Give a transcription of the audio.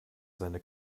seine